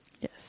Yes